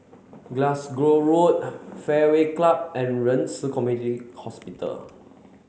Glasgow Road Fairway Club and Ren Ci Community Hospital